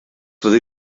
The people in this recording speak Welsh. fyddi